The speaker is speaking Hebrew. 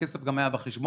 הכסף היה בחשבון.